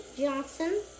Johnson